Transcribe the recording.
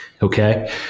Okay